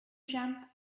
jump